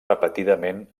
repetidament